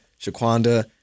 Shaquanda